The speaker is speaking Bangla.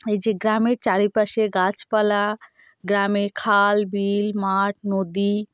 এই যে গ্রামের চারিপাশে গাছপালা গ্রামে খাল বিল মাট নদী